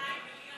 200 מיליון,